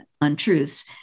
untruths